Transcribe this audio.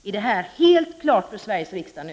Är detta helt klart för Sveriges riksdag nu?